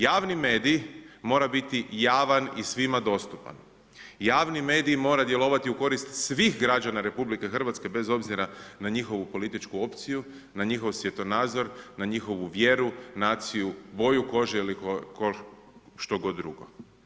Javni medij mora biti javan i svima dostupan, javni medij mora djelovati u korist svih građana RH bez obzira na njihovu političku opciju, na njihov svjetonazor, na njihovu vjeru, naciju, boju kože ili što god drugo.